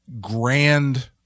grand